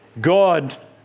God